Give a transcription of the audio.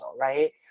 Right